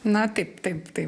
na taip taip taip